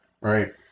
Right